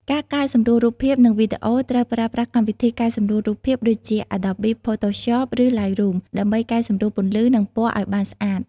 ការកែសម្រួលរូបភាព និងវីដេអូ ត្រូវប្រើប្រាស់កម្មវិធីកែសម្រួលរូបភាពដូចជា Adobe Photoshop ឬ Lightroom ដើម្បីកែសម្រួលពន្លឺ និងពណ៌ឲ្យបានស្អាត។